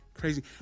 Crazy